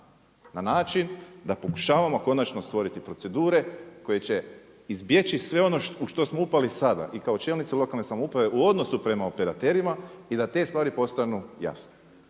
na način da pokušavamo konačno stvoriti procedure koje će izbjeći sve ono u što smo upali sada i kao čelnici lokalne samouprave u odnosu prema operaterima i da te stvari postanu jasne.